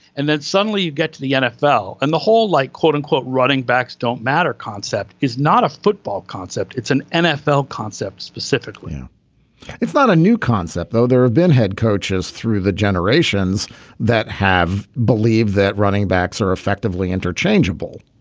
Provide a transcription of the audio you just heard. and then suddenly you get to the nfl and the whole like quote unquote running backs don't matter concept is not a football concept it's an nfl concept specifically ah it's not a new concept though there have been head coaches through the generations that have believed that running backs are effectively interchangeable